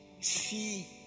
see